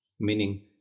meaning